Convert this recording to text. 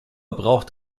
braucht